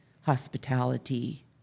hospitality